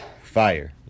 Fire